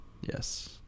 Yes